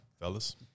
fellas